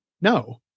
no